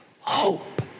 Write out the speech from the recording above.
hope